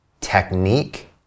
technique